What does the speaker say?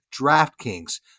DraftKings